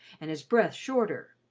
and his breath shorter,